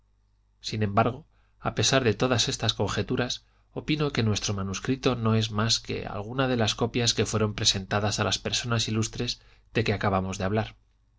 sin embargo a pesar de todas estas conjeturas opino que nuestro manuscrito no es mas que alguna de las copias que fueron presentadas a las personas ilustres de que acabamos de hablar